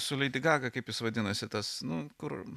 su lady gaga kaip jis vadinasi tas nu kur